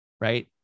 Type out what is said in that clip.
Right